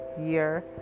year